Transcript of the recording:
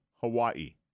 Hawaii